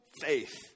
faith